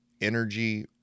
energy